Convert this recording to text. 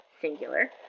singular